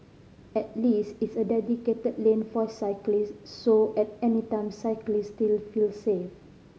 at least it's a dedicated lane for cyclists so at any time cyclists still feel safe